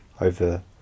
over